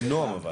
בנועם אבל.